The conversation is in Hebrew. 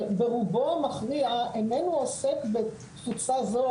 ברובו המכריע איננו עוסק בקבוצה זו,